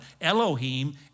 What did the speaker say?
Elohim